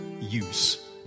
use